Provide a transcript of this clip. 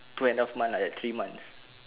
two and half month like that three months